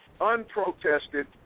unprotested